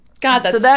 God